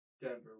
Denver